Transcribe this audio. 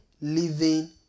living